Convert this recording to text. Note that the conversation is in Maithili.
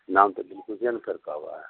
नाम तऽ दिलखुशे ने करता ओएह